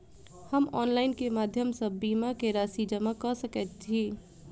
हम ऑनलाइन केँ माध्यम सँ बीमा केँ राशि जमा कऽ सकैत छी?